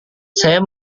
saya